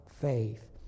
faith